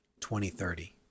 2030